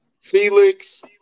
Felix